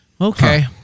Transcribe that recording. Okay